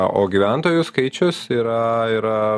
o gyventojų skaičius yra